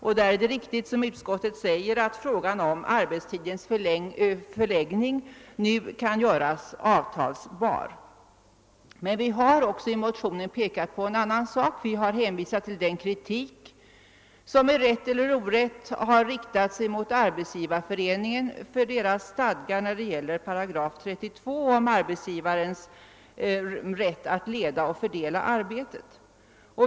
Det är riktigt som utskottet säger, att frågor om arbetstidens förläggning nu kan göras avtalsbara; 'men vi har i motionen också hänvisat till den kritik som med rätt eller orätt har riktats mot 32 § i Arbetsgivareföreningens stadgar om arbetsgivarens rätt att leda och fördela arbetet.